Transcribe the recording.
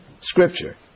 Scripture